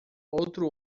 outro